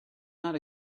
not